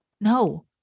No